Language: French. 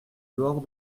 dehors